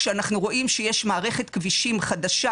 כשאנחנו רואים שיש מערכת כבישים חדשה